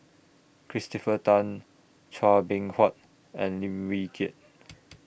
Christopher Tan Chua Beng Huat and Lim Wee Kiak